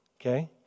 okay